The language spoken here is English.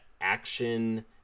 action